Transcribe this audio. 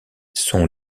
son